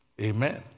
Amen